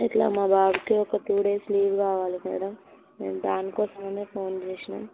ఇలా మా బాబుకి ఒక టూ డేస్ లీవ్ కావాలి మేడం మేము దాని కోసమే ఫోన్ చేసాము